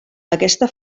aquesta